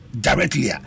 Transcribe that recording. directly